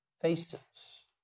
faces